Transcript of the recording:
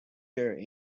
here